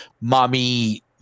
mommy